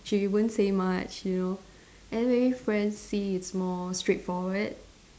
she won't say much you know and then maybe friend C is more straightforward